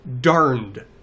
Darned